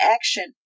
Action